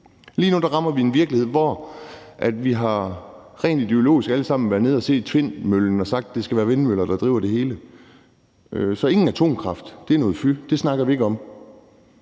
Lige nu rammer vi en virkelighed, hvor vi alle sammen rent ideologisk har været nede at se Tvindmøllen, og har sagt, at det skal være vindmøller, der driver det hele. Så ingen atomkraft, det er noget fy, og det snakker vi ikke om.